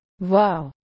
Wow